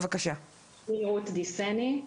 רות די סגני,